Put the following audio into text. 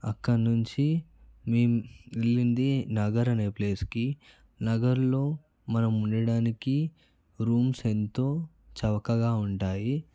అక్కడి నుంచి మేము వెళ్ళింది నగర్ అనే ప్లేస్కి నగర్లో మనం ఉండడానికి రూమ్స్ ఎంతో చౌకగా ఉంటాయి